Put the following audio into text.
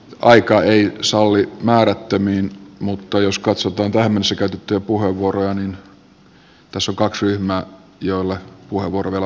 aika ei salli jatkaa määrättömiin mutta jos katsotaan tähän mennessä käytettyjä puheenvuoroja niin tässä on kaksi ryhmää joille puheenvuoro vielä mahtuu